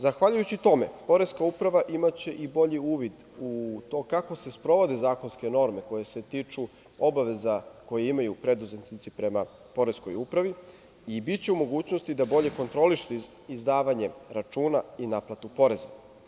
Zahvaljujući tome, Poreska upravo će imati i bolji uvid u to kako se sprovode zakonske norme koje se tiču obaveza koje imaju preduzetnici prema Poreskoj upravi i biće u mogućnosti da bolje kontroliše izdavanje računa i naplatu poreza.